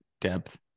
depth